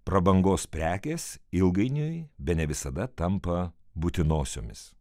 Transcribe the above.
prabangos prekės ilgainiui bene visada tampa būtinosiomis